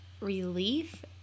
relief